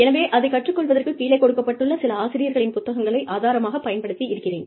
எனவே அதை கற்றுக் கொள்வதற்குக் கீழே கொடுக்கப்பட்டுள்ள சில ஆசிரியர்களின் புத்தகங்களை ஆதாரமாகப் பயன்படுத்தி இருக்கிறேன்